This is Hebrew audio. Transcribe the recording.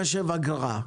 הוא אמר איך לחשב אגרה.